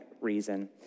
reason